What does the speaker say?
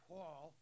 Paul